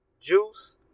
juice